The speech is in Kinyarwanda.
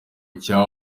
cya